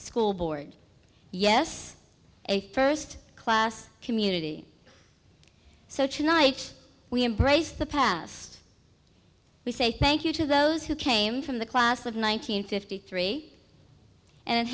school board yes a first class community so tonight we embrace the past we say thank you to those who came from the class of one nine hundred fifty three and